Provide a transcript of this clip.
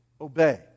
Obey